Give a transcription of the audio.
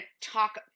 talk